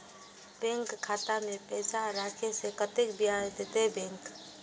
Bank खाता में पैसा राखे से कतेक ब्याज देते बैंक?